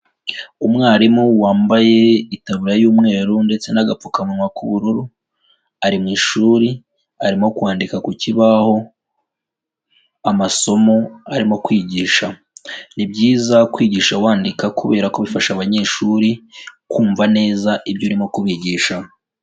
Umwarimu wambaye itaburiya y'umweru ndetse n'agapfukamunwa k'ubururu, ari mu ishuri arimo kwandika ku kibaho, amasomo arimo kwigisha. Ni byiza kwigisha wandika kubera ko bifasha abanyeshuri kumva neza ibyo urimo kubigisha.